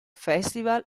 festival